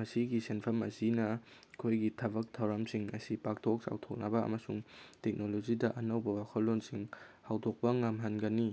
ꯃꯁꯤꯒꯤ ꯁꯦꯟꯐꯝ ꯑꯁꯤꯅ ꯑꯩꯈꯣꯏꯒꯤ ꯊꯕꯛ ꯊꯧꯔꯝꯁꯤꯡ ꯑꯁꯤ ꯄꯥꯛꯊꯣꯛ ꯆꯥꯎꯊꯣꯛꯅꯕ ꯑꯃꯁꯨꯡ ꯇꯦꯛꯅꯣꯂꯣꯖꯤꯗ ꯑꯅꯧꯕ ꯋꯥꯈꯜꯂꯣꯟꯁꯤꯡ ꯍꯧꯗꯣꯛꯄ ꯉꯝꯍꯟꯒꯅꯤ